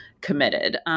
committed